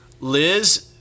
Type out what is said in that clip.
Liz